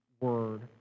word